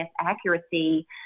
accuracy